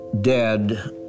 dead